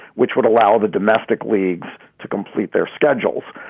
which would allow the domestic leagues to complete their schedules.